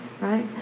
right